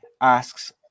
asks